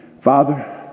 Father